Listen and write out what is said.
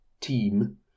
team